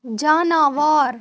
جاناوار